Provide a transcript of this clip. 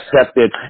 accepted